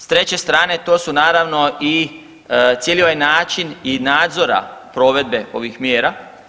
S treće strane to su naravno i cijeli ovaj način i nadzora provedbe ovih mjera.